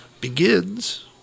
begins